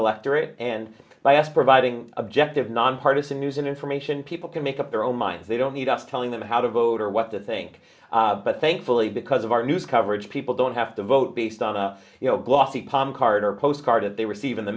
electorate and bias providing objective nonpartisan news and information people can make up their own minds they don't need us telling them how to vote or what to think but thankfully because of our news coverage people don't have to vote based on a glossy palm card or post part of they receive in the